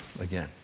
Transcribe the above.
again